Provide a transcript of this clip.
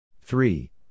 three